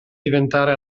diventare